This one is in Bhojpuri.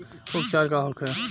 उपचार का होखे?